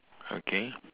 okay